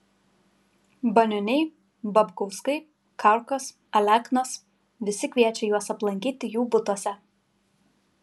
banioniai babkauskai karkos aleknos visi kviečia juos aplankyti jų butuose